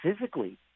physically